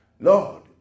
Lord